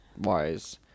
wise